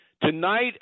Tonight